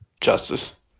justice